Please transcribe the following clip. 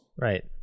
Right